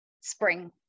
spring